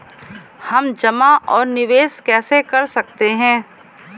हम जमा और निवेश कैसे कर सकते हैं?